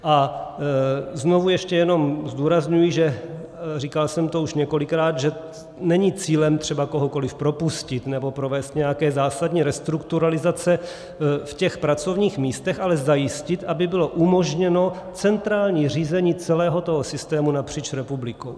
A znovu ještě jenom zdůrazňuji, a říkal jsem to už několikrát, že není cílem třeba kohokoliv propustit nebo provést nějaké zásadní restrukturalizace v těch pracovních místech, ale zajistit, aby bylo umožněno centrální řízení celého toho systému napříč republikou.